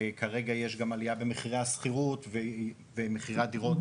כרגע יש גם עלייה במחירי השכירות ומחירי הדירות